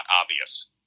obvious